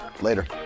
Later